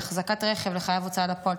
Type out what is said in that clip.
להחזקת רכב לחייב הוצאה לפועל.